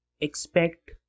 expect